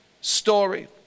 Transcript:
story